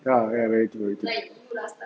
ya ya very thin very thin